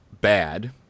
bad